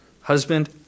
husband